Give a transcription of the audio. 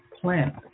plant